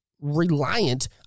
reliant